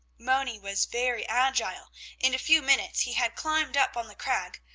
moni was very agile in a few minutes he had climbed up on the crag,